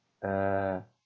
uh